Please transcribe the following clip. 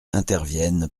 interviennent